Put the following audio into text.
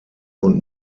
und